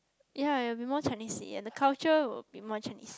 ye and it will be more Chinese-y and the culture will be more Chinese